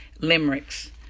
limericks